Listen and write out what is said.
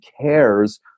cares